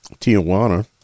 Tijuana